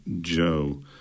Joe